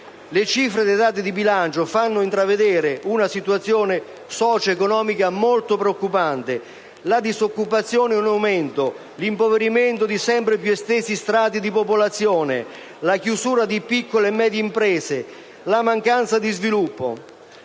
Le cifre dei dati di bilancio fanno intravedere una situazione socioeconomica molto preoccupante: la disoccupazione in aumento, l'impoverimento di sempre più estesi strati di popolazione, la chiusura di piccole e medie imprese, la mancanza di sviluppo.